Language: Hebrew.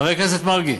חבר הכנסת מרגי,